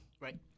Right